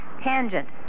tangent